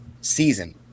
season